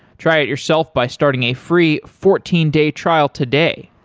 try it yourself by starting a free fourteen day trial today.